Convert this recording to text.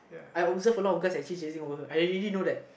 I observe a lot of guys actually chasing over her I already know that